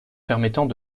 permettant